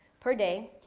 per day,